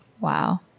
Wow